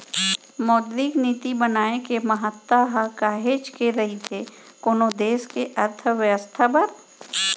मौद्रिक नीति बनाए के महत्ता ह काहेच के रहिथे कोनो देस के अर्थबेवस्था बर